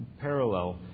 parallel